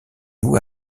vous